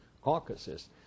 caucuses